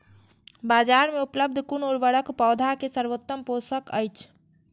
बाजार में उपलब्ध कुन उर्वरक पौधा के सर्वोत्तम पोषक अछि?